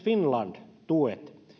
finland tuet